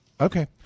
Okay